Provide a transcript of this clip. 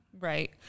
Right